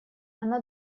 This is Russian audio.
она